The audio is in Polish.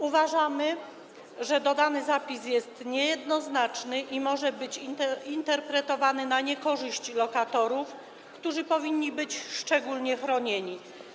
Uważamy, że dodany zapis jest niejednoznaczny i może być interpretowany na niekorzyść lokatorów, którzy powinni być szczególnie chronieni.